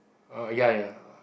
uh ya ya